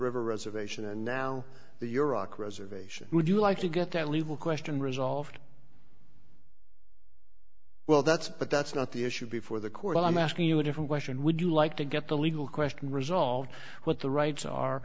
river reservation and now the your rock reservation would you like to get that legal question resolved well that's but that's not the issue before the court i'm asking you a different question would you like to get the legal question resolved what the rights are